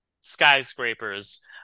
skyscrapers